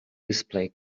display